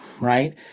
right